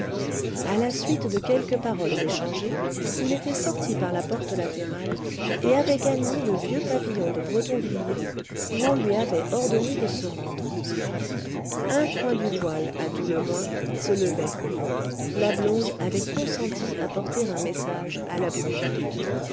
a la suite de quelques paroles échangées il était sorti par la porte latérale et avait gagné le vieux pavillon de bretonvilliers où on lui avait ordonné de se rendre un coin du voile à tout le moins se levait la blonde avait consenti à porter un message à la brune